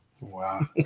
Wow